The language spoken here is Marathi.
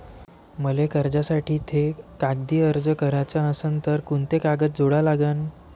मले कर्जासाठी थे कागदी अर्ज कराचा असन तर कुंते कागद जोडा लागन?